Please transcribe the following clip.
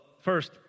first